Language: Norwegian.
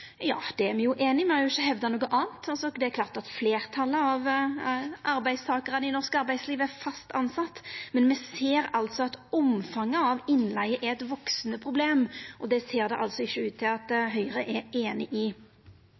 Ja, det er me jo einig i. Me har ikkje hevda noko anna. Fleirtalet av arbeidstakarane i norsk arbeidsliv er fast tilsette, men me ser at omfanget av innleige er eit veksande problem. Det ser det ikkje ut til at Høgre er einig i.